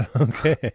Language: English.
Okay